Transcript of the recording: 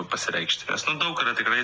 pasireikšti nes nu daug yra tikrai